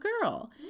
girl